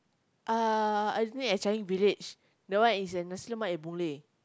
uh I didn't eat at Changi-Village that one is at nasi-lemak at Boon-Lay